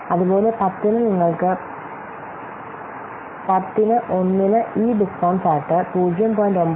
അതുപോലെ 10 ന് നിങ്ങൾക്ക് 10 ന് 1 ന് ഈ ഡിസ്കൌണ്ട് ഫാക്ടർ 0